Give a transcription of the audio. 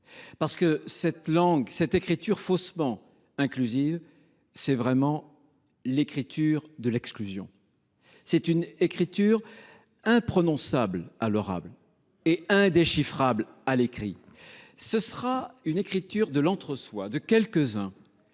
car cette langue, cette écriture faussement inclusive, c’est véritablement l’écriture de l’exclusion, tant elle est imprononçable à l’oral et indéchiffrable à l’écrit. Ce sera une écriture de l’entre soi, de quelques uns,